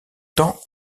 temps